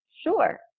Sure